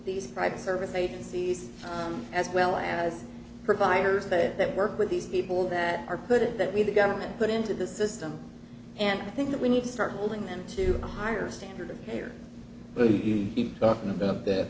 these private service agencies as well as providers that work with these people that are put it that we the government put into the system and i think that we need to start holding them to a higher standard here but he keeps talking about that